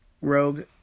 Rogue